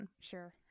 Sure